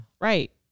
Right